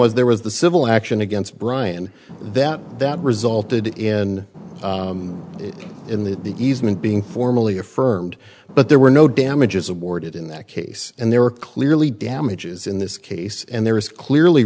was there was the civil action against bryan that that resulted in in that the easement being formally affirmed but there were no damages awarded in that case and there were clearly damages in this case and there is clearly